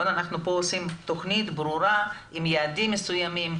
אנחנו פה עושים תוכנית ברורה עם יעדים מסוימים,